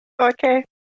Okay